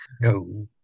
No